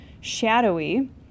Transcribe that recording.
shadowy